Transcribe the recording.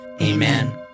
Amen